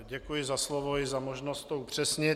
Děkuji za slovo i za možnost to upřesnit.